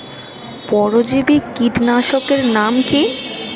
পরজীবী কীটনাশকের নাম কি?